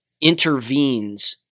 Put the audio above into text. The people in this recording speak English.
intervenes